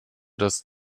das